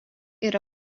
yra